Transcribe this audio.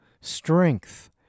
strength